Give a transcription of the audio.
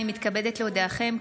אני מתכבדת להודיעכם,